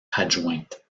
adjointe